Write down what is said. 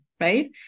right